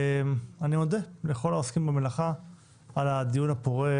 אני מודה לכל העוסקים במלאכה על הדיון הפורה,